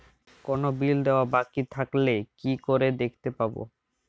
কোনো বিল দেওয়া বাকী থাকলে কি করে দেখতে পাবো?